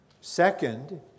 Second